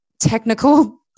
technical